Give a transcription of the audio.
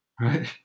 Right